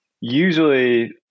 usually